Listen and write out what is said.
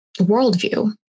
worldview